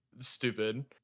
stupid